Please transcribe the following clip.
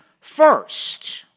first